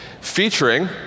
featuring